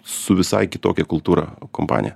su visai kitokia kultūra kompaniją